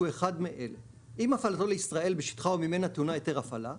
שהוא אחד מאלה: אם הפעלתו לישראל בשטחה או ממנה טעונה היתר הפעלה,